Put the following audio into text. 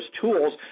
Tools